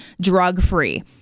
drug-free